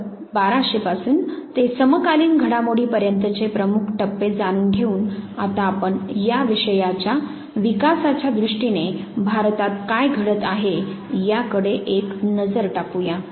तर 1200 पासून ते समकालीन घडामोडी पर्यंतचे प्रमुख टप्पे जाणून घेवुन आता आपण या विषयाच्या विकासाच्या दृष्टीने भारतात काय घडत आहे याकडे एक नजर टाकूया